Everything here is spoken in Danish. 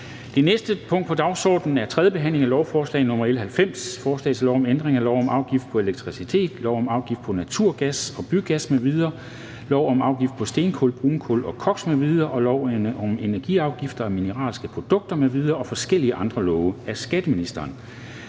Det næste punkt på dagsordenen er: 17) 3. behandling af lovforslag nr. L 90: Forslag til lov om ændring af lov om afgift af elektricitet, lov om afgift af naturgas og bygas m.v., lov om afgift af stenkul, brunkul og koks m.v., lov om energiafgift af mineralolieprodukter m.v. og forskellige andre love. (Udmøntning